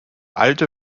alte